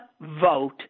vote